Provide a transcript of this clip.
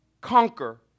conquer